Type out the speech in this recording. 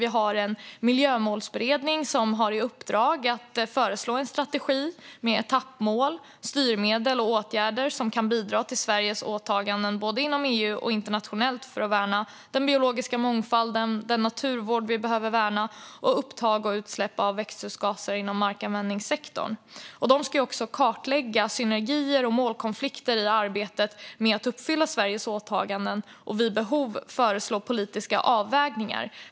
Vi har en miljömålsberedning som har i uppdrag att föreslå en strategi med etappmål, styrmedel och åtgärder som kan bidra till Sveriges åtaganden både inom EU och internationellt när det gäller att värna den biologiska mångfalden, naturvård och upptag och utsläpp av växthusgaser inom markanvändningssektorn. De ska också kartlägga synergier och målkonflikter i arbetet med att uppfylla Sveriges åtaganden och vid behov föreslå politiska avvägningar.